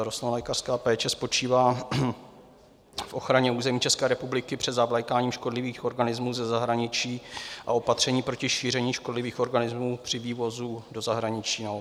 Rostlinolékařská péče spočívá v ochraně území České republiky před zavlékáním škodlivých organismů ze zahraničí a opatřeních proti šíření škodlivých organismů naopak při vývozu do zahraničí.